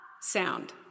sound